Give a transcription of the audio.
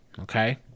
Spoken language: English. Okay